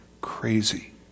crazy